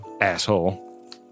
asshole